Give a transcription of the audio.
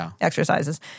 exercises